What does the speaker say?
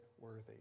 worthy